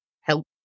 help